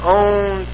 own